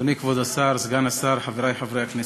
אדוני כבוד השר, סגן השר, חברי חברי הכנסת,